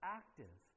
active